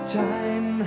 time